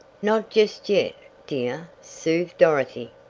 not just yet, dear, soothed dorothy,